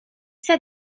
said